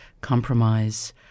compromise